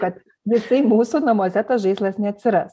kad jisai mūsų namuose tas žaislas neatsiras